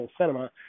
cinema